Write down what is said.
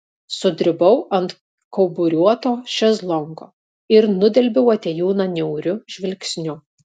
sudribau ant kauburiuoto šezlongo ir nudelbiau atėjūną niauriu žvilgsniu